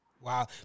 Wow